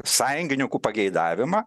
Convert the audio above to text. sąjungininkų pageidavimą